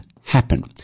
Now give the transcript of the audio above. happen